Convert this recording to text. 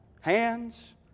hands